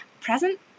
present